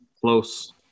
close